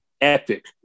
epic